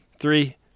Three